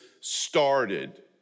started